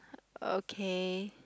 okay